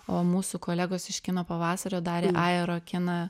o mūsų kolegos iš kino pavasario darė aerokiną